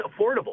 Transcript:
affordable